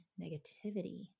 negativity